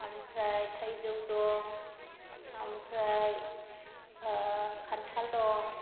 आमफ्राय थाइजौ दं आमफ्राय खान्थाल दं